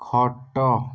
ଖଟ